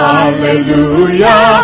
Hallelujah